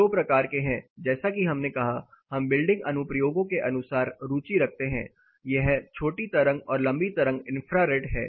दो प्रकार के हैं जैसा कि हमने कहा हम बिल्डिंग अनुप्रयोगों के अनुसार रुचि रखते हैं यह छोटी तरंग और लंबी तरंग इंफ्रारेड है